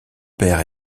père